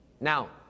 Now